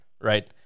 right